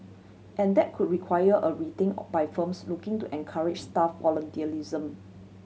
and that could require a rethink by firms looking to encourage staff volunteerism